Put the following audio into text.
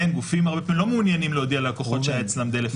גופים הרבה פעמים לא מעוניינים להודיע ללקוחות שהיה אצלם דלף מידע.